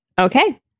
Okay